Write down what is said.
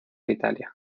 italia